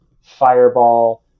fireball